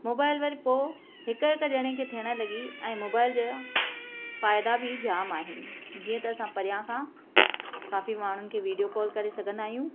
mobile वरी पोइ हिक हिक ॼणे खे थियणु लॻी ऐं मोबाइल फ़ाइदा बि जाम आहिनि जीअं त असां परियां खां काफ़ी माण्हुनि खे विडियो कॉल करे सघंदा आहियूं